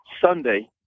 Sunday